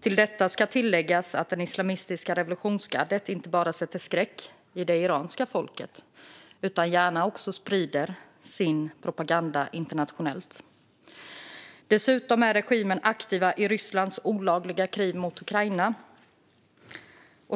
Till detta ska tilläggas att det islamistiska revolutionsgardet inte bara sätter skräck i det iranska folket utan gärna också sprider sin propaganda internationellt. Dessutom är regimen aktiv i Rysslands olagliga krig mot Ukraina.